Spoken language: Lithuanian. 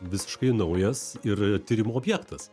visiškai naujas ir tyrimo objektas